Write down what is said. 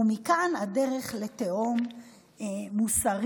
ומכאן הדרך לתהום מוסרית,